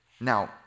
Now